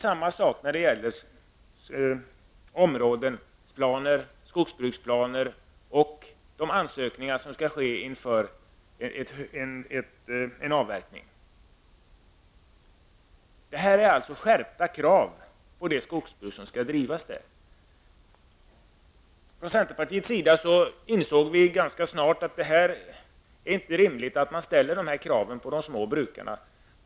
Samma sak gäller skogsbruksplaner och de ansökningar som skall lämnas in vid avverkningar. Kraven är alltså skärpta på det skogsbruk som skall bedrivas. Från centerpartiets sida insåg vi snart att det inte är rimligt att dessa krav ställs på de små brukarna.